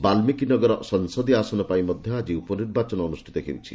ବାଲ୍ମିକୀନଗର ସଂସଦୀୟ ଆସନ ପାଇଁ ଆଜି ଉପନିର୍ବାଚନ ଅନୁଷ୍ଠିତ ହେଉଛି